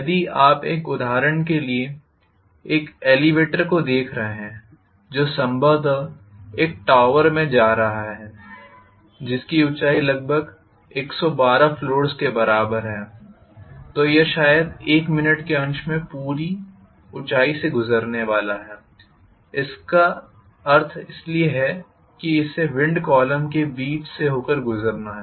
यदि आप उदाहरण के लिए एक एलिवेटर को देख रहे हैं जो संभवतः एक टॉवर में जा रहा है जिसकी ऊंचाई लगभग 112 फ्लोर्स के बराबर है तो यह शायद एक मिनट के एक अंश में पूरी ऊंचाई से गुजरने वाला है इसलिए इसका अर्थ है इसे विंड कॉलम के बीच से होकर गुज़रना होगा